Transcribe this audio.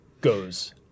goes